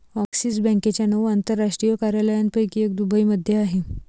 axis बँकेच्या नऊ आंतरराष्ट्रीय कार्यालयांपैकी एक दुबईमध्ये आहे